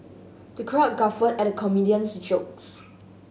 the crowd guffawed at the comedian's jokes